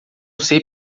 sei